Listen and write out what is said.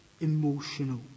emotional